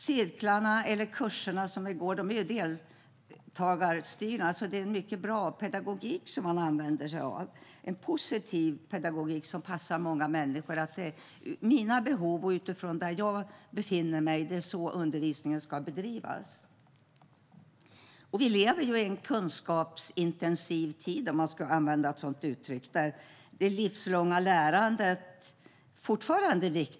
Cirklarna eller kurserna som vi går är deltagarstyrda. Det är en mycket bra pedagogik man använder sig av. Det är positiv pedagogik som passar många människor. Undervisningen ska bedrivas utifrån mina behov och där jag befinner mig. Vi lever i en kunskapsintensiv tid, om man ska använda ett sådant uttryck, där det livslånga lärandet fortfarande är viktigt.